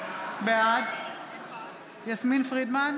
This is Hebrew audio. בעד יסמין פרידמן,